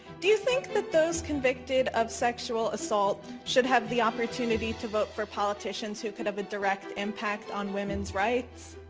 do you think that those convicted of sexual assault should have the opportunity to vote for politicians who could have a direct impact on women's rights?